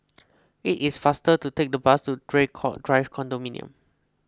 it is faster to take the bus to Draycott Drive Condominium